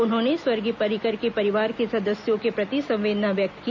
उन्होंने स्वर्गीय पर्रिकर के परिवार के सदस्यों के प्रति संवेदना व्यक्त की